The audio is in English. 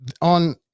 On